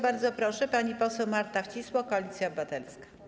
Bardzo proszę, pani poseł Marta Wcisło, Koalicja Obywatelska.